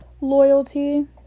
loyalty